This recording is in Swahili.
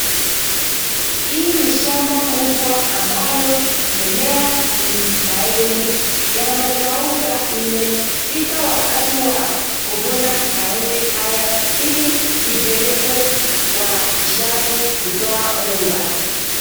Hii ni shamba kubwa ambalo mimea ni mahindi, Yamekauka imefika wakati wa kuvuna mahindi haya ili ipelekwe kwa kishagi kutoa unga.